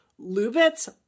lubitz